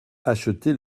acheter